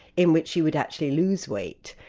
in which you would actually lose weight,